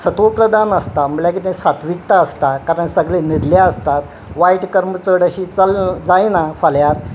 सत्व प्रदान आसता म्हणल्यार कितें सात्विकता आसता कारण सगळे न्हिदले आसतात वायट कर्म चड अशी चल जायना फाल्यांत